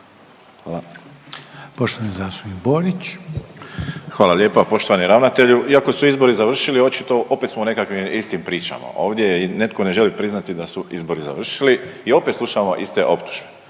Borić. **Borić, Josip (HDZ)** Hvala lijepa. Poštovani ravnatelju, iako su izbori završili očito, opet smo u nekakvim istim pričama. Ovdje netko ne želi priznati da su izbori završili i opet slušamo iste optužbe.